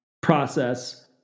process